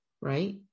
right